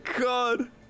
god